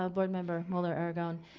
ah board member muller-aragon.